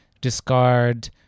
discard